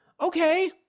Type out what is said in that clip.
okay